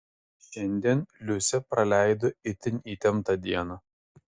šiandien liusė praleido itin įtemptą dieną